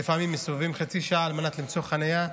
לפעמים מסתובבים חצי שעה על מנת למצוא חניה.